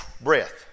breath